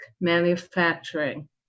manufacturing